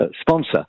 sponsor